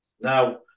now